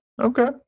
Okay